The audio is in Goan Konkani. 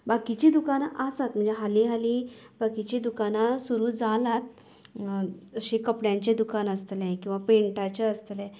बाकीची दुकानां आसात म्हणजे हाली हाली बाकिची दुकानां सुरूं जालात अशीं कपड्याची दुकान आसतले किंवां पॅन्टाचे आसतले